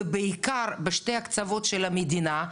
ובעיקר בשני הקצוות של המדינה,